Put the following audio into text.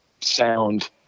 sound